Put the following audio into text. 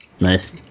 Nice